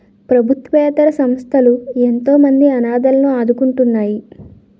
ప్రభుత్వేతర సంస్థలు ఎంతోమంది అనాధలను ఆదుకుంటున్నాయి